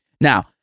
now